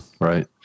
Right